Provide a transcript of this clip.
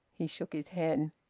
he shook his head.